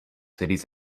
cities